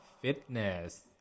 fitness